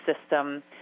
system